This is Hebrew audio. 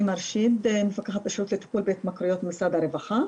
אני מפקחת בשירות לטיפול בהתמכרויות במשרד הרווחה.